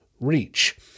reach